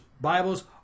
Bibles